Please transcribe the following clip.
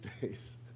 days